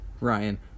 Ryan